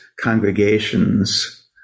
congregations